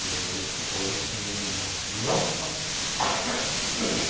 এই সকলোখিনি মোৰ প্ৰিয়